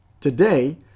Today